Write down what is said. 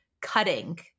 cutting